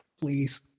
please